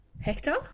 Hector